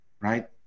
right